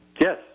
Yes